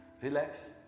relax